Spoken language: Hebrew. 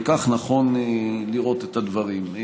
וכך נכון לראות את הדברים.